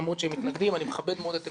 למרות שהם מתנגדים אני מכבד מאוד את עמדתם,